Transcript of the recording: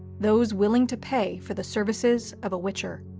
those willing to pay for the services of a witcher.